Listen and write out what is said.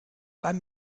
beim